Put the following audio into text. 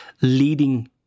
leading